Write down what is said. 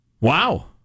Wow